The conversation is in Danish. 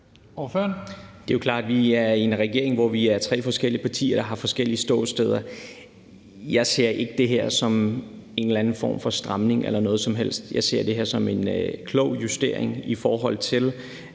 Rona (M): Det er jo klart, at vi er i en regering, hvor vi er tre forskellige partier, der har forskellige ståsteder. Jeg ser ikke det her som en eller anden form for stramning eller noget som helst. Jeg ser det her som en klog justering i forhold til